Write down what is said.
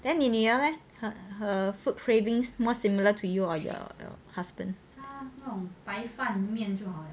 then 你女儿 leh her her food cravings more similar to you or your your husband